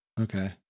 Okay